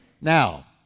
Now